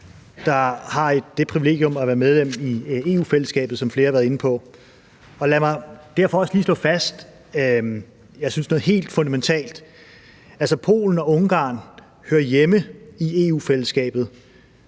der har det privilegium at være medlem af EU-fællesskabet, hvilket flere har været inde på. Lad mig derfor også lige slå noget helt fundamentalt fast, nemlig at Polen og Ungarn hører hjemme i EU-fællesskabet.